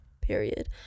Period